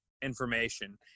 information